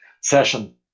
session